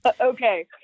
Okay